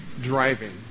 driving